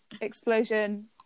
explosion